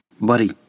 Buddy